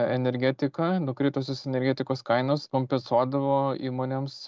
energetika nukritusios energetikos kainos kompensuodavo įmonėms